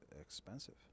expensive